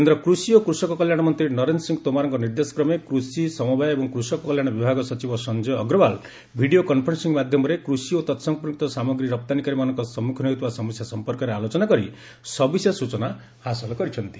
କେନ୍ଦ୍ର କୃଷି ଓ କୃଷକ କଲ୍ୟାଣ ମନ୍ତ୍ରୀ ନରେନ୍ଦ୍ର ସିଂହ ତୋମାରଙ୍କ ନିର୍ଦ୍ଦେଶ କ୍ରମେ କୃଷି ସମବାୟ ଏବଂ କୃଷକ କଲ୍ୟାଣ ବିଭାଗ ସଚିବ ସଞ୍ଜୟ ଅଗ୍ରଓ୍ୱାଲ ଭିଡ଼ିଓ କନଫରେନ୍ସିଂ ମାଧ୍ୟମରେ କୃଷି ଓ ତତ୍ ସମ୍ପର୍କିତ ସାମଗ୍ରୀ ରପ୍ତାନୀକାରୀମାନେ ସମ୍ମୁଖୀନ ହେଉଥିବା ସମସ୍ୟା ସଂପର୍କରେ ଆଲୋଚନା କରି ସବିଶେଷ ସୂଚନା ହାସଲ କରିଛନ୍ତି